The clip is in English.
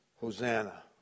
Hosanna